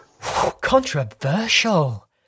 controversial